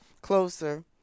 closer